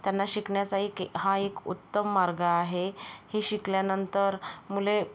त्यांना शिकण्याचा एक हा एक उत्तम मार्ग आहे हे शिकल्यानंतर मुले